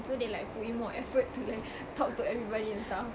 so they like put in more effort to like talk to everybody and stuff